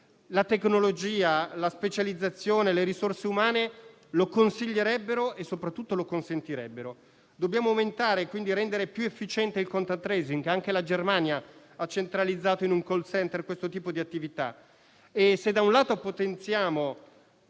La tecnologia, la specializzazione, le risorse umane lo consiglierebbero e soprattutto lo consentirebbero. Dobbiamo aumentare e quindi rendere più efficiente il *contact tracing*. Anche la Germania ha centralizzato in un *call center* questo tipo di attività. Inoltre, se da un lato potenziamo